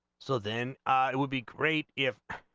so then i will be great if